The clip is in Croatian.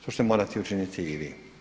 To ćete morati učiniti i vi.